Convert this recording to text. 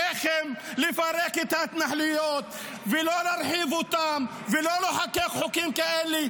עליכם לפרק את ההתנחלויות ולא להרחיב אותן ולא לחוקק חוקים כאלה,